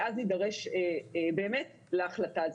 ואז נידרש להחלטה הזאת.